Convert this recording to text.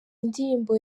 indirimbo